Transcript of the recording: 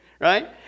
Right